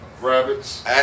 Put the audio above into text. Rabbits